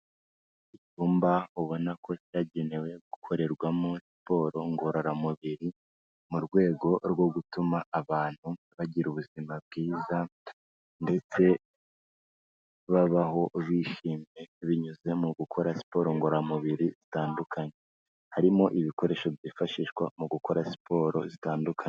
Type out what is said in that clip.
Icyumba ubona ko cyagenewe gukorerwamo siporo ngororamubiri, mu rwego rwo gutuma abantu bagira ubuzima bwiza ndetse babaho bishimye binyuze mu gukora siporo ngororamubiri zitandukanye, harimo ibikoresho byifashishwa mu gukora siporo zitandukanye.